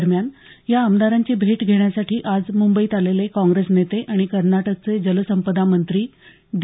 दरम्यान या आमदारांची भेट घेण्यासाठी आज मुंबईत आलेले काँग्रेस नेते आणि कर्नाटकचे जलसंपदा मंत्री डी